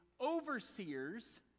overseers